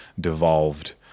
devolved